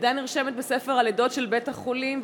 הלידה נרשמת בספר הלידות של בית-החולים,